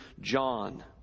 John